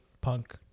punk